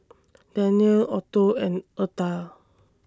Danyelle Otho and Eartha